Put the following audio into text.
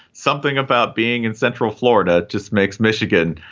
something about being in central florida just makes michigan,